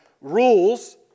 rules